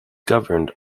governed